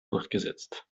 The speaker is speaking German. durchgesetzt